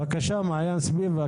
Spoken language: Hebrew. בבקשה, מעין ספיבק,